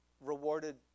rewarded